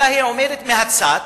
אלא היא עומדת מהצד,